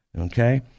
Okay